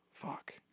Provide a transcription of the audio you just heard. Fuck